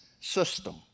system